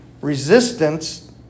resistance